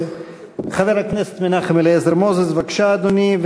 חבר הכנסת מנחם אליעזר מוזס, בבקשה, אדוני.